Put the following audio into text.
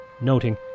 noting